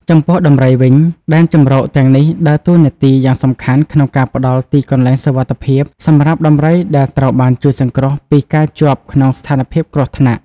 ចំពោះដំរីវិញ ដែនជម្រកទាំងនេះដើរតួនាទីយ៉ាងសំខាន់ក្នុងការផ្តល់ទីកន្លែងសុវត្ថិភាពសម្រាប់ដំរីដែលត្រូវបានជួយសង្គ្រោះពីការជាប់ក្នុងស្ថានភាពគ្រោះថ្នាក់។